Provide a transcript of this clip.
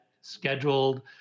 scheduled